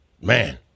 Man